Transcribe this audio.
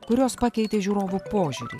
kurios pakeitė žiūrovų požiūrį